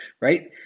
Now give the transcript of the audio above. right